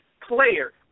player